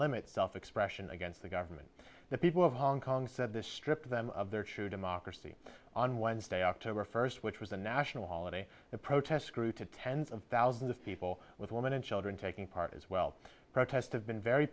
limit tough expression against the government the people of hong kong said this stripped them of their shoe democracy on wednesday october first which was a national holiday the protests grew to tens of thousands of people with women and children taking part as well protest have been very